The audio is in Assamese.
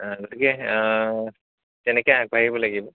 গতিকে তেনেকে আগবাঢ়িব লাগিব